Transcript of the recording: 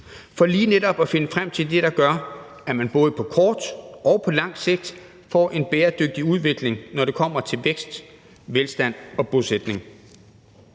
og lige netop finde frem til det, der gør, at man både på kort og på lang sigt får en bæredygtig udvikling, når det kommer til vækst, velstand og bosætning.